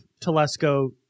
Telesco